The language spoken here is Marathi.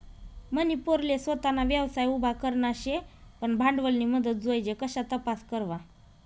मनी पोरले सोताना व्यवसाय उभा करना शे पन भांडवलनी मदत जोइजे कशा तपास करवा?